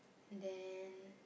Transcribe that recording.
and then